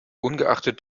ungeachtet